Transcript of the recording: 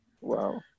Wow